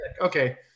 Okay